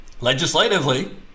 Legislatively